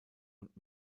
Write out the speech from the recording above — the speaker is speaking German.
und